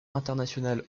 internationale